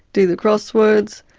do the crosswords,